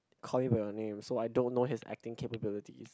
Call Me by Your Name so I don't know his acting capabilities